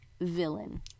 Villain